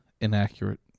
Inaccurate